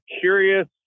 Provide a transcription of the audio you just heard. curious